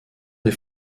des